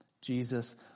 Jesus